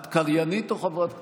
את קריינית או חברת כנסת?